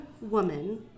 woman